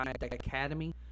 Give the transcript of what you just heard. Academy